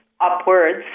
upwards